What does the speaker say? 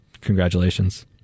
Congratulations